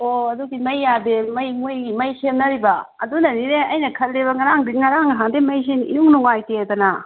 ꯑꯣ ꯑꯗꯨꯒꯤ ꯃꯩ ꯌꯥꯗꯦ ꯃꯩ ꯃꯣꯏꯒꯤ ꯃꯩ ꯁꯦꯝꯅꯔꯤꯕ ꯑꯗꯨꯅꯅꯤꯅꯦ ꯑꯩꯅ ꯈꯜꯂꯦꯕ ꯉꯔꯥꯡ ꯅꯍꯥꯟꯗꯩ ꯃꯩꯁꯦ ꯏꯅꯨꯡ ꯅꯨꯡꯉꯥꯏꯇꯦꯗꯅ